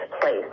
place